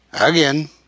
Again